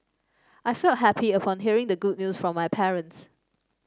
I felt happy upon hearing the good news from my parents